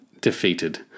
defeated